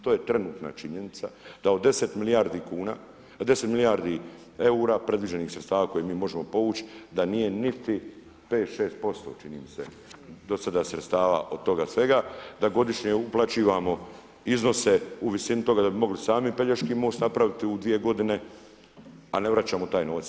To je trenutna činjenica da od 10 milijardi kuna, 10 milijardi eura predviđenih sredstava koje mi možemo povući da nije niti pet, šest posto čini mi se do sada sredstava od toga svega, da godišnje uplaćivamo iznose u visini toga da bi mogli sami Pelješki most napraviti u dvije godine, a ne vraćamo taj novac.